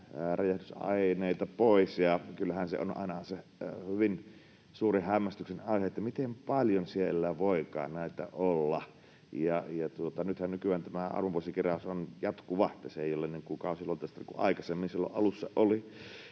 räjähdysaineita pois, ja kyllähän se on aina hyvin suuri hämmästyksen aihe, miten paljon siellä voikaan näitä olla. Nythän nykyään tämä armovuosikeräys on jatkuva, että se ei ole kausiluonteista niin kuin oli aikaisemmin, silloin alussa.